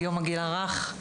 יום הגיל הרך.